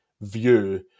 view